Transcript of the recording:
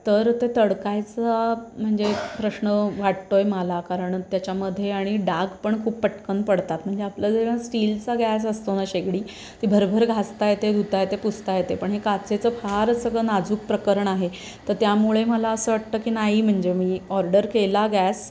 तर ते तडकायचा म्हणजे प्रश्न वाटतो आहे मला कारण त्याच्यामध्ये आणि डाग पण खूप पटकन पडतात म्हणजे आपलं जेव्हा स्टीलचा गॅस असतो ना शेगडी ती भरभर घासता येते धुता येते पुसता येते पण हे काचेचं फार सगळं नाजूक प्रकरण आहे तर त्यामुळे मला असं वाटतं की नाही म्हणजे मी ऑर्डर केला गॅस